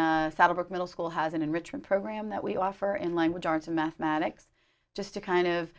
of a middle school has an enrichment program that we offer in language arts and mathematics just to kind of